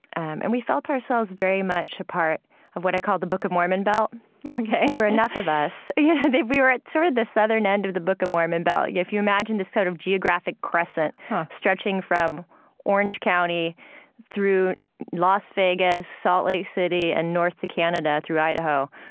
and we felt ourselves very much a part of what i call the book of mormon belt ok there were enough of us. yeah we were at sort of the southern end of the book of mormon belt. if you imagine this sort of geographic crescent stretching from orange county through las vegas, salt lake city and north to canada through idaho,